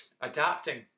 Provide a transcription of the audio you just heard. adapting